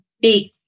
big